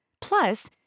Plus